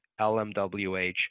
LMWH